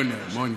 אמוניה, אמוניה.